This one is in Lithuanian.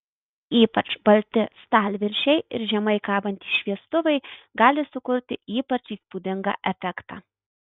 ypač balti stalviršiai ir žemai kabantys šviestuvai gali sukurti ypač įspūdingą efektą